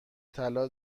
طلا